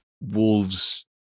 Wolves